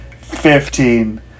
Fifteen